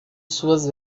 suas